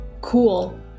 cool